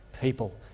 people